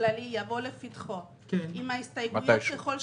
יבוא לפתחו בליווי ההסתייגויות ככל שתהיינה,